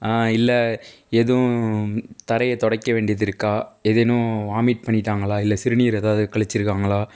இல்லை எதுவும் தரையை துடைக்க வேண்டியது இருக்கா ஏதேனும் வாமிட் பண்ணிட்டாங்களா இல்லை சிறுநீர் ஏதாவது கழிச்சிருக்காங்களா